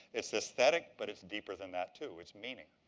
it's aesthetic, but it's deeper than that too. its meaning.